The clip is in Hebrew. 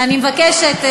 ואני מבקשת,